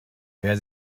wer